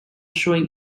showing